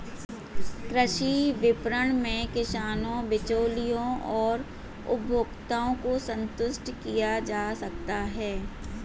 कृषि विपणन में किसानों, बिचौलियों और उपभोक्ताओं को संतुष्ट किया जा सकता है